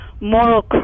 moral